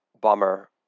bummer